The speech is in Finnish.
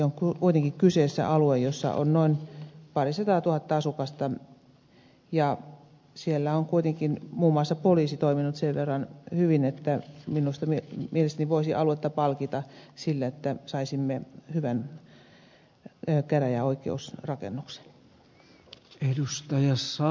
on kuitenkin kyseessä alue jossa on parisataatuhatta asukasta ja siellä on kuitenkin muun muassa poliisi toiminut sen verran hyvin että mielestäni voisi aluetta palkita sillä että saisimme hyvän käräjäoikeusrakennuksen